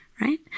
right